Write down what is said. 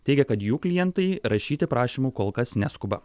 teigė kad jų klientai rašyti prašymų kol kas neskuba